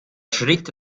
schritt